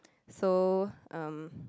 so um